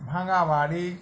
ভাঙ্গা বাড়ি